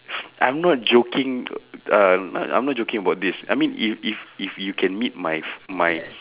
I'm not joking um I'm not joking about this I mean if if if you can meet my f~ my